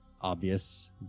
obvious